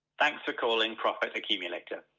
thanks for calling profits accumulator.